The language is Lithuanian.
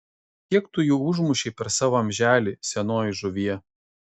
kiek tu jų užmušei per savo amželį senoji žuvie